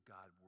God